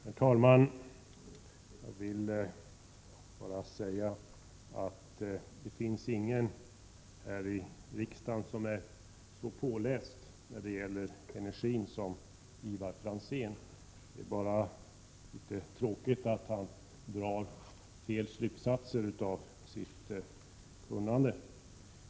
Herr talman! Jag vill bara säga att det inte finns någon här i riksdagen som är så påläst när det gäller energin som Ivar Franzén. Men det är tråkigt att han drar fel slutsatser av sitt kunnande.